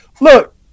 Look